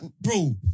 bro